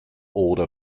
order